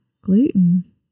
Gluten